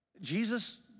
Jesus